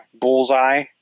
bullseye